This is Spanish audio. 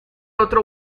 otro